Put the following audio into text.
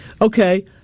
Okay